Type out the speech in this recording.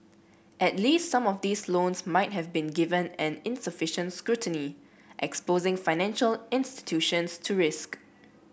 at least some of these loans might have been given and insufficient scrutiny exposing financial institutions to risk